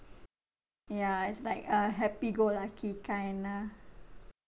ya it's like a happy go lucky kind ah